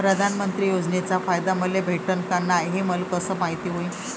प्रधानमंत्री योजनेचा फायदा मले भेटनं का नाय, हे मले कस मायती होईन?